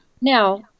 Now